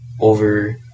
over